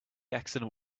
accident